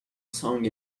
song